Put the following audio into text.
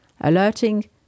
alerting